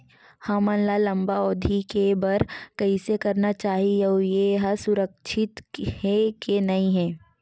हमन ला लंबा अवधि के बर कइसे करना चाही अउ ये हा सुरक्षित हे के नई हे?